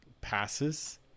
passes